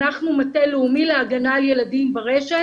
אנחנו מטה לאומי להגנה על ילדים ברשת.